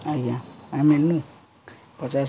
ଆଜ୍ଞା ଆମେ ପଚାଶ